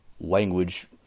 language